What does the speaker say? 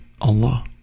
Allah